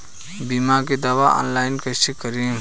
बीमा के दावा ऑनलाइन कैसे करेम?